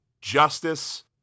justice